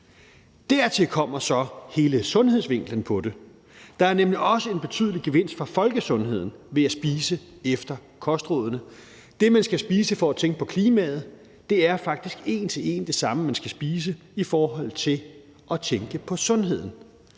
Dertil kommer hele sundhedsvinklen på det. Der er nemlig også en betydelig gevinst for folkesundheden ved at spise efter kostrådene. Det, man skal spise for at tænke på klimaet, er faktisk en til en det samme, man skal spise i forhold til at tænke på sundheden.